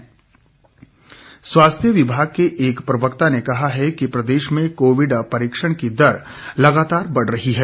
Covid परीक्षण दर स्वास्थ्य विभाग के एक प्रवक्ता ने कहा है कि प्रदेश में कोविड परीक्षण की दर लगातार बढ़ रही है